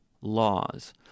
laws